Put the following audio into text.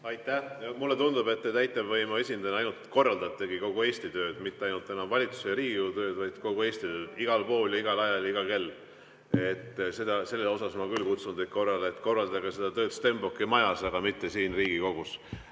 Aitäh! Mulle tundub, et te täitevvõimu esindajana ainult korraldategi kogu Eesti tööd, mitte ainult enam valitsuse ja Riigikogu tööd, vaid kogu Eesti tööd – igal pool ja igal ajal ja iga kell. Selles osas ma küll kutsun teid korrale, et korraldage tööd Stenbocki majas, aga mitte siin Riigikogus.